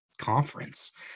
conference